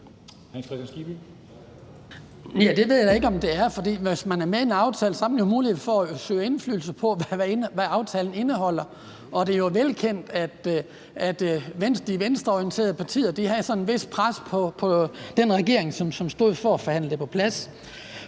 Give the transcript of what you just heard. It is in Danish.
Hans Kristian Skibby (DD): Det ved jeg ikke om det er, for hvis man er med i en aftale, har man mulighed for at søge indflydelse på, hvad aftalen indeholder, og det er jo velkendt, at de venstreorienterede partier lagde sådan et vist pres på den regering, som stod for at forhandle det på plads.